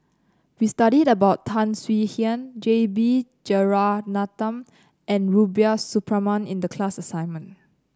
we studied about Tan Swie Hian J B Jeyaretnam and Rubiah Suparman in the class assignment